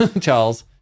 Charles